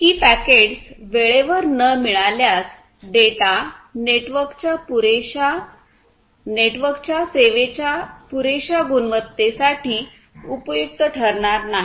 ही packets वेळेवर न मिळाल्यास डेटा नेटवर्कच्या सेवेच्या पुरेशा गुणवत्तेसाठी उपयुक्त ठरणार नाही